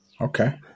Okay